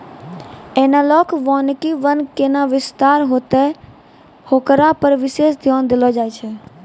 एनालाँक वानिकी वन कैना विस्तार होतै होकरा पर विशेष ध्यान देलो जाय छै